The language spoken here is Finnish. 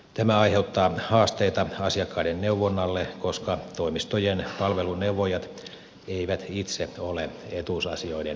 tämä aiheuttaa haasteita asiakkaiden neuvonnalle koska toimistojen palveluneuvojat eivät itse ole etuusasioiden asiantuntijoita